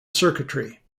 circuitry